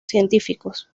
científicos